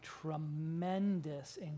tremendous